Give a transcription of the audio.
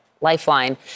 Lifeline